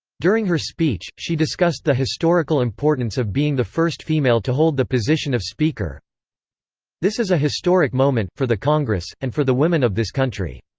during her speech, she discussed the historical importance of being the first female to hold the position of speaker this is a historic moment for the congress, and for the women of this country.